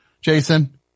Jason